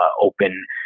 open